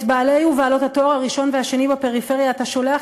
את בעלי ובעלות התואר הראשון והשני בפריפריה אתה שולח